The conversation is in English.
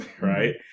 right